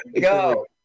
go